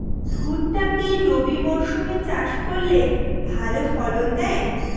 ভুট্টা কি রবি মরসুম এ চাষ করলে ভালো ফলন দেয়?